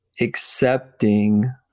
accepting